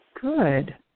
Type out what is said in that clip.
Good